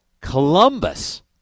Columbus